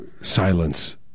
silence